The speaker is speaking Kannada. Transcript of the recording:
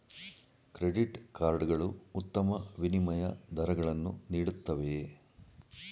ಕ್ರೆಡಿಟ್ ಕಾರ್ಡ್ ಗಳು ಉತ್ತಮ ವಿನಿಮಯ ದರಗಳನ್ನು ನೀಡುತ್ತವೆಯೇ?